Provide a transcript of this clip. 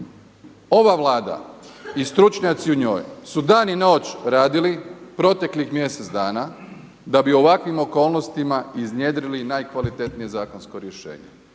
ova Vlada i stručnjaci u njoj su dan i noć radili proteklih mjesec dana da bi u ovakvim okolnostima iznjedrili najkvalitetnije zakonsko rješenje.